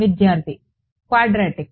విద్యార్థి క్వాడ్రాటిక్